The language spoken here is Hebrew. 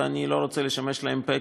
ואני לא רוצה לשמש להן פה,